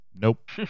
Nope